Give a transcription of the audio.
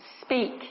Speak